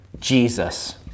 Jesus